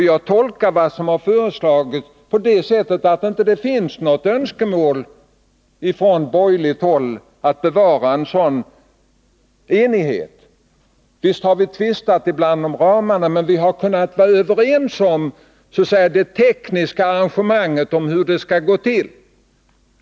Jag tolkar vad som har föreslagits på det sättet att det inte finns något önskemål från borgerligt håll att bevara en sådan enighet. Visst har vi tvistat ibland om ramarna, men vi har kunnat vara överens om det tekniska arrangemanget, om hur det skall gå till.